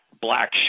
Black